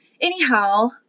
anyhow